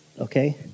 Okay